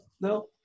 No